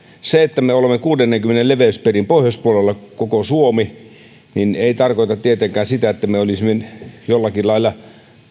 se että me olemme kuudennenkymmenennen leveyspiirin pohjoispuolella koko suomi ei tarkoita tietenkään sitä että me olisimme jollakin lailla